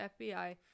FBI